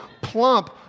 plump